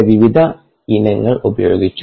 coli വിവിധ ഇനങ്ങൾ ഉപയോഗിച്ചു